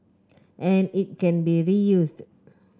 and it can be reused